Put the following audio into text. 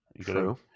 True